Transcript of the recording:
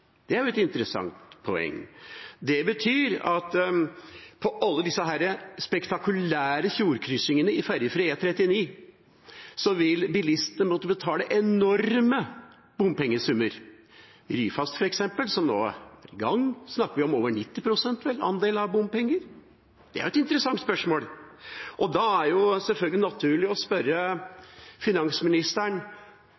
Det er et interessant poeng. Det betyr at når det gjelder alle disse spektakulære fjordkryssingene i ferjefri E39, vil bilistene måtte betale enorme bompengesummer. For f.eks. Ryfast, som nå er i gang, snakker vi vel om over 90 pst. bompengeandel. Det er et interessant spørsmål. Da er det selvfølgelig naturlig å spørre